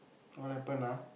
what happen ah